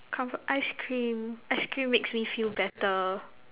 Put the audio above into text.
comfort ice cream ice cream makes me feel better